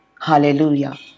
Hallelujah